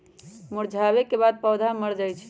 मुरझावे के बाद पौधा मर जाई छई